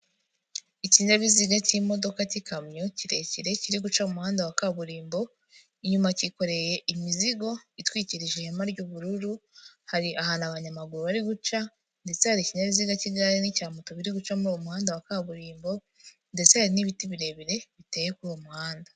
Ikinyabiziga k'imodoka k'ikamyo kirekire kiri guca mu umuhanda wa kaburimbo, inyuma kikoreye imizigo itwikirije ihema ry'ubururu, hari ahantu abanyamaguru bari guca ndetse hari ikinyabiziga k'igare n'icya moto biri guca muri uwo umuhanda wa kaburimbo ndetse hari n'ibiti birebire biteye kuri uwo muhanda.